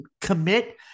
commit